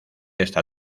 esta